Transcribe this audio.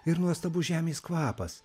ir nuostabus žemės kvapas